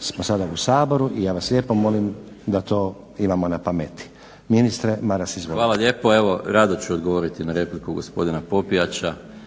smo sada u Saboru i ja vas lijepo molim da to imamo na pameti. Ministre Maras izvolite. **Maras, Gordan (SDP)** Hvala lijepo. Rado ću odgovoriti na repliku gospodina Popijača